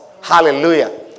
Hallelujah